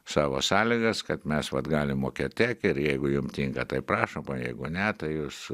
savo sąlygas kad mes vat galim mokėt tiek ir jeigu jum tinka tai prašom o jeigu ne tai jūs